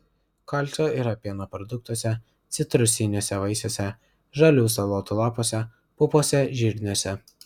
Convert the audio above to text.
kalcio yra pieno produktuose citrusiniuose vaisiuose žalių salotų lapuose pupose žirniuose